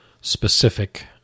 specific